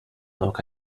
lock